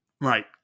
right